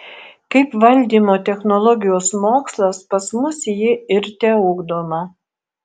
kaip valdymo technologijos mokslas pas mus ji ir teugdoma